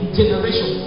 generation